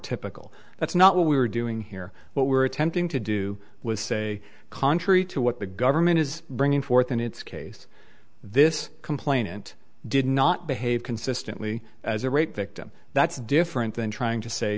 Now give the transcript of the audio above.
typical that's not what we were doing here what we're attempting to do was say contrary to what the government is bringing forth in its case this complainant did not behave consistently as a rape victim that's different than trying to say